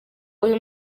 uyu